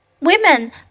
Women